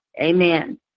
Amen